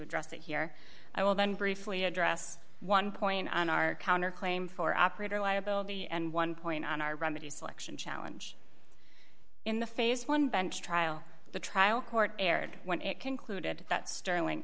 address it here i will then briefly address one point on our counter claim for operator liability and one point on our remedy selection challenge in the phase one bench trial the trial court erred when it concluded that sterling